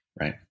right